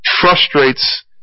frustrates